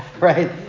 Right